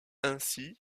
ainsi